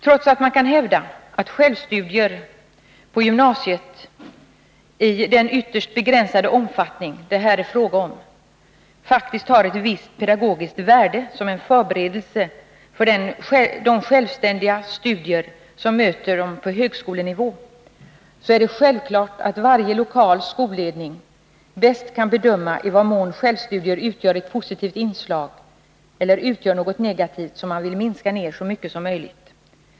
Trots att man kan hävda att självstudier på gymnasiet i den ytterst begränsade omfattning det här är fråga om faktiskt har ett visst pedagogiskt värde som en förberedelse för de självständiga studier som möter eleverna på högskolenivå, är det självklart att varje lokal skolledning bäst kan bedöma i vad mån självstudier utgör ett positivt inslag eller utgör något negativt som man vill minska ner så mycket som möjligt.